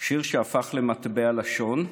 שיר שהפך למטבע לשון,